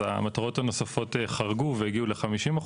המטרות הנוספות חרגו והגיעו ל-50%,